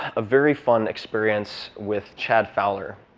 a very fun experience with chad fowler,